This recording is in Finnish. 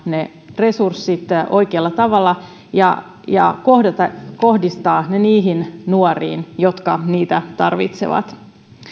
ne resurssit oikealla tavalla ja ja kohdistaa ne niihin nuoriin jotka niitä tarvitsevat